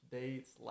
dates